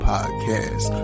Podcast